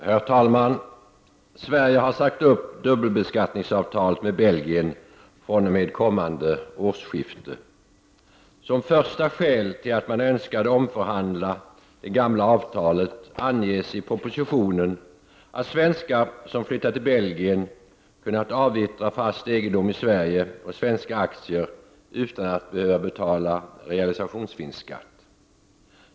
Herr talman! Sverige har sagt upp dubbelbeskattningsavtalet med Belgien fr.o.m. kommande årsskifte. Som första skäl till att man önskade omförhandla det gamla avtalet anges i propositionen att svenskar som flyttat till Belgien har kunnat avyttra fast egendom i Sverige och svenska aktier utan att behöva betala realisationsvinstskatt.